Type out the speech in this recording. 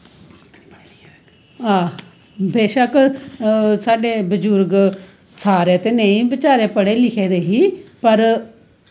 बेशक्क साढ़े बजुर्ग सारे ते नेंई बचारे पढ़े लिखे दे ही पर